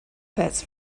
pets